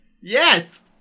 Yes